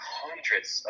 hundreds